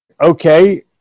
okay